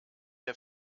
der